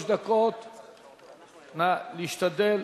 להשתדל